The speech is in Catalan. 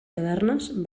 tavernes